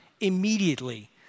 Immediately